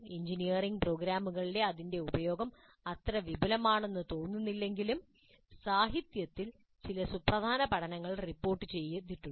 engineering പ്രോഗ്രാമുകളിലെ അതിന്റെ ഉപയോഗം അത്ര വിപുലമാണെന്ന് തോന്നുന്നില്ലെങ്കിലും സാഹിത്യത്തിൽ ചില സുപ്രധാന പഠനങ്ങൾ റിപ്പോർട്ട് ചെയ്യപ്പെട്ടിട്ടുണ്ട്